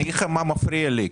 אגיד לך מה מפריע לי,